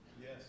Yes